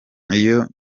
iyo